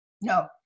no